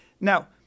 Now